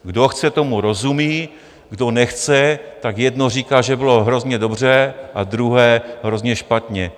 Kdo chce, tomu rozumí, kdo nechce, tak jedno říká, že bylo hrozně dobře, a o druhém hrozně špatně.